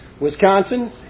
Wisconsin